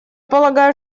полагаю